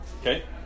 Okay